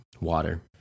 Water